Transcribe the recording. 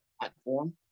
platform